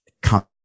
come